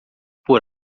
por